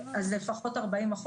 אז לפחות 40%,